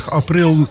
april